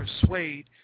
persuade